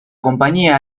compañía